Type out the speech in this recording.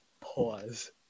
pause